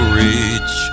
reach